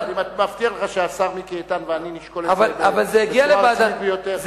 מבטיח לך שהשר מיקי איתן ואני נשקול את זה בצורה רצינית ביותר,